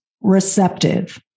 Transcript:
receptive